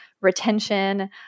Retention